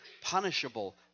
punishable